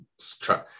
try